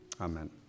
Amen